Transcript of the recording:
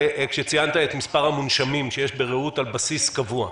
זה כשציינת את מספר המונשמים שיש ב"רעות" על בסיס קבוע.